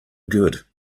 good